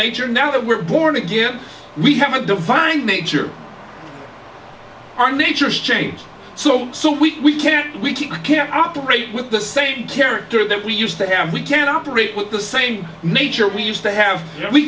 nature now that we're born again we have a divine nature our natures change so so we can't we can't operate with the same character that we used to have we can operate with the same nature we used to have